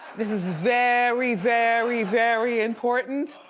this is very, very, very important,